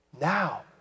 Now